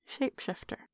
shapeshifter